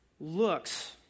looks